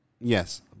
Yes